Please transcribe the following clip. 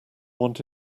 want